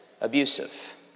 abusive